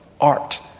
art